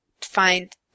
find